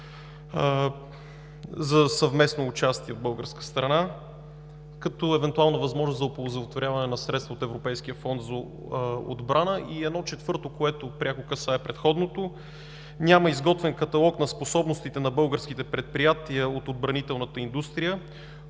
за съвместно участие от българска страна, като евентуална възможност за оползотворяване на средствата от Европейския фонд за отбрана. И едно четвърто, което пряко касае предходното, няма изготвен каталог на способностите на българските предприятия от отбранителната индустрия,